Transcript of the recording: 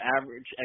average